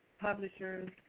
publishers